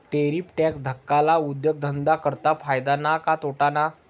Tariff tax धाकल्ला उद्योगधंदा करता फायदा ना का तोटाना?